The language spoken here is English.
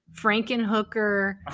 Frankenhooker